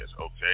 okay